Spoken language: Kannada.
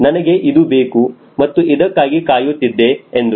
ನನಗೆ ಇದು ಬೇಕು ಮತ್ತು ಇದಕ್ಕಾಗಿ ಕಾಯುತ್ತಿದ್ದೆ ಎಂದು